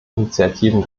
initiativen